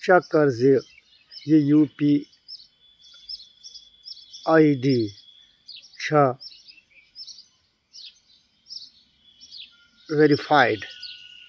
check کَر زِ یہِ یوٗ پی آٮٔی ڈِی چھا ویرفایِڈ